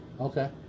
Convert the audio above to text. Okay